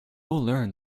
learn